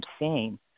insane